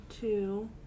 two